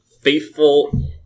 faithful